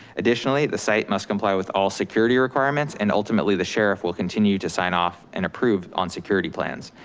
additionally, the site must comply with all security requirements and ultimately the sheriff will continue to sign off and approve on security plans.